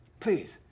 Please